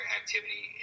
activity